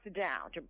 down